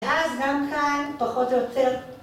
ואז גם כאן פחות או יותר